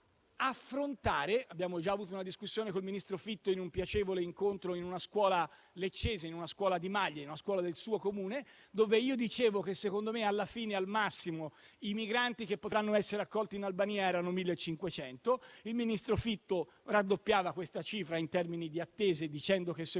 Abbiamo già avuto una discussione con il ministro Fitto, in un piacevole incontro in una scuola di Maglie (il suo Comune), dove io dicevo che secondo me alla fine, al massimo, i migranti che potranno essere accolti in Albania erano 1.500, mentre il ministro Fitto raddoppiava questa cifra in termini di attese, dicendo che secondo